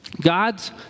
God's